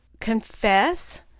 confess